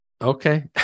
Okay